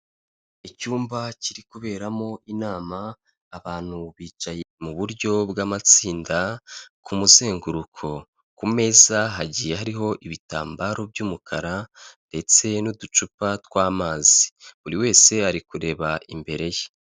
Icyumba kiri kuberamo inama abantu bicaye mu buryo bw'amatsinda ku muzenguruko, ku meza hagiye hariho ibitambaro by'umukara ndetse n'uducupa tw'amazi, buri wese ari kureba imbere ye.